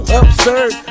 absurd